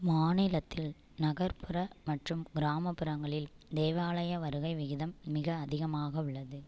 மாநிலத்தில் நகர்ப்புற மற்றும் கிராமப்புறங்களில் தேவாலய வருகை விகிதம் மிக அதிகமாக உள்ளது